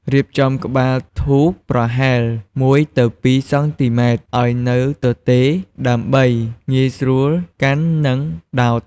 រៀបចំក្បាលធូបប្រហែល ១ ទៅ ២ សង់ទីម៉ែត្រឱ្យនៅទទេ ដើម្បីងាយស្រួលកាន់ និងដោត។